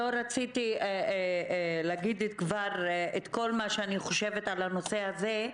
לא רציתי כבר להגיד את כל מה שאני חושבת על הנושא הזה,